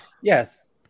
yes